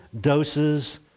doses